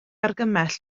argymell